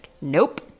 Nope